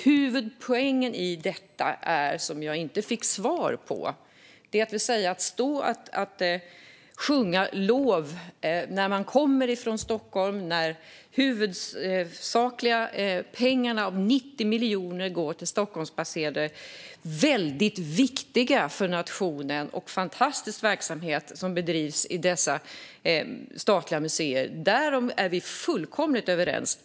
Huvudpoängen i detta är dock - och det fick jag inget svar på - att det är lätt att stå och sjunga dettas lov när man kommer från Stockholm och när huvuddelen av de 90 miljonerna går till Stockholmsbaserad verksamhet, som är väldigt viktig för nationen. Det är fantastisk verksamhet som bedrivs i dessa statliga museer, därom är vi fullkomligt överens.